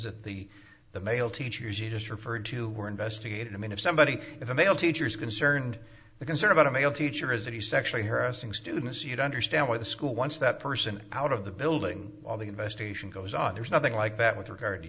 that the the male teachers you just referred to were investigated i mean if somebody if a male teacher is concerned the concern about a male teacher is that he sexually harassing students you know understand where the school wants that person out of the building while the investigation goes on or something like that with regard to